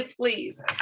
Please